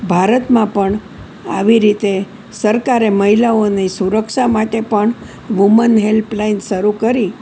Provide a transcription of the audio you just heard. ભારતમાં પણ આવી રીતે સરકારે મહિલાઓની સુરક્ષા માટે પણ વુમન હેલ્પલાઇન શરૂ કરી